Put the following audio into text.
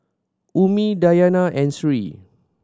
Ummi Dayana and Sri